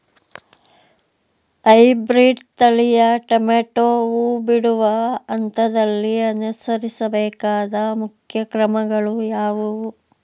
Hybrid ತಳಿಯ tomato ಹೂ ಬಿಡುವ ಹಂತದಲ್ಲಿ ಅನುಸರಿಸಬೇಕಾದ ಮುಖ್ಯ ಕ್ರಮಗಳು ಯಾವುವು?